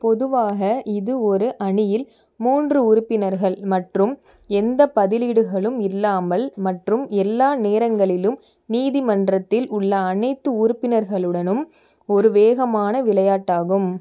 பொதுவாக இது ஒரு அணியில் மூன்று உறுப்பினர்கள் மற்றும் எந்த பதிலீடுகளும் இல்லாமல் மற்றும் எல்லா நேரங்களிலும் நீதிமன்றத்தில் உள்ள அனைத்து உறுப்பினர்களுடனும் ஒரு வேகமான விளையாட்டாகும்